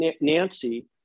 Nancy